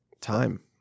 time